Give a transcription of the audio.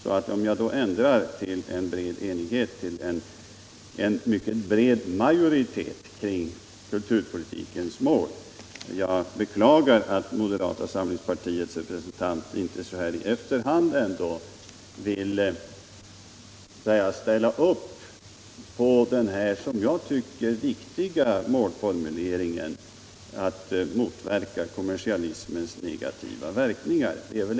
Jag kan alltså ändra från ”i enighet” till ”en mycket bred majoritet” om kulturpolitikens mål. Jag beklagar att moderata samlingspartiets representant i efterhand inte vill ställa sig bakom den, enligt min mening, viktiga målformuleringen: att motverka kommersialismens negativa verkningar.